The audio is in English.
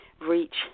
reach